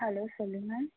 hello சொல்லுங்கள்